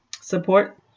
support